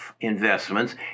Investments